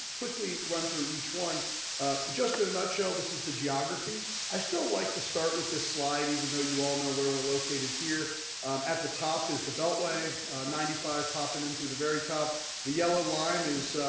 running through each one just a nutshell. this is the geography i still like to start with this slide even though you all know where we're located here at the top is the beltway ninety five popping in through the very top the yellow line is.